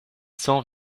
cent